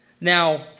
Now